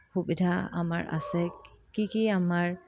সুবিধা আমাৰ আছে কি কি আমাৰ